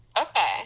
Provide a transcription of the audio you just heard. Okay